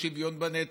השוויון בנטל,